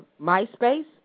MySpace